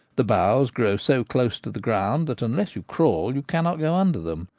the boughs grow so close to the ground that unless you crawl you cannot go under them.